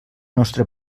nostra